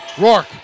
Rourke